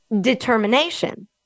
determination